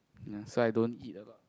ya so I don't eat a lot